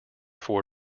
four